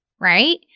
right